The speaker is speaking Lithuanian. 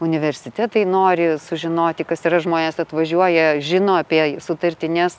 universitetai nori sužinoti kas yra žmonės atvažiuoja žino apie sutartines